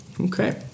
Okay